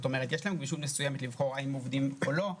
יש להם גמישות מסוימת לבחור אם עובדים או לא,